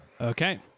Okay